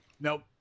Nope